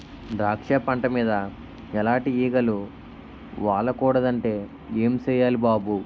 ద్రాక్ష పంట మీద ఎలాటి ఈగలు వాలకూడదంటే ఏం సెయ్యాలి బాబూ?